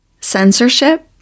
Censorship